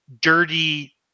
dirty